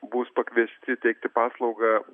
bus pakviesti teikti paslaugą